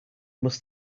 must